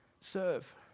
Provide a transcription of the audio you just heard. serve